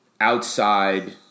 outside